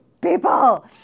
people